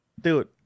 dude